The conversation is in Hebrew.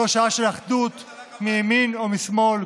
זו שעה של אחדות מימין ומשמאל,